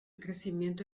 crecimiento